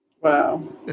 Wow